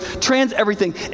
trans-everything